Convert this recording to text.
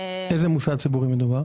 על איזה מוסד ציבורי מדובר?